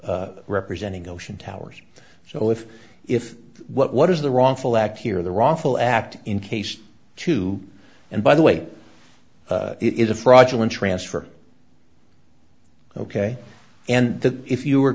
representing ocean towers so if if what what is the wrongful act here the wrongful act in case two and by the way it is a fraudulent transfer ok and that if you are